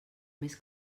més